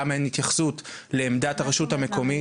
למה אין התייחסות לעמדת הרשות המקומית.